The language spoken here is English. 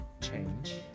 change